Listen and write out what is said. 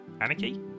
anarchy